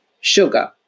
sugar